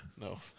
no